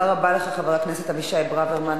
תודה רבה לך, חבר הכנסת אבישי ברוורמן.